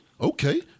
okay